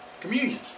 Communion